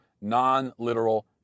non-literal